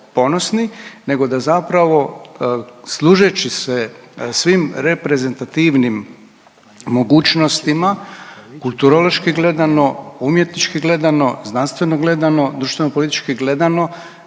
nego da zapravo služeći se svim reprezentativnim mogućnostima kulturološki gledano, umjetnički gledano, znanstveno gledano, društveno-politički gledano